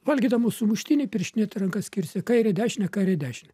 valgydamas sumuštinį pirštinėta ranka skirstė kairę dešinę kairę dešinę